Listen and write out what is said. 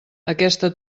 aquesta